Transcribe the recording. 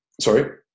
Sorry